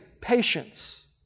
patience